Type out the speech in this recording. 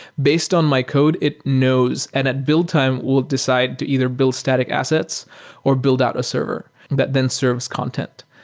based on my code, it knows, and at build time will decide to either build static assets or build out a server that then serves content.